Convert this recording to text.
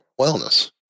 wellness